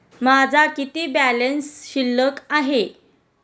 माझा किती बॅलन्स शिल्लक आहे?